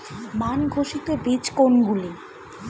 মান ঘোষিত বীজ কোনগুলি?